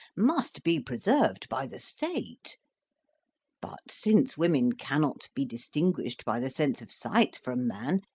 must be preserved by the state but since women cannot be distinguished by the sense of sight from man,